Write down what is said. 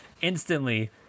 instantly